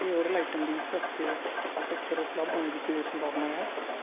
क्या oral item दी इस हफ्तै तक्कर उपलब्ध होने दी कोई संभावना ऐ